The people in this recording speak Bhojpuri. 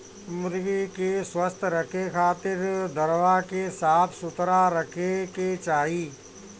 मुर्गी के स्वस्थ रखे खातिर दरबा के साफ सुथरा रखे के चाही